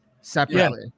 separately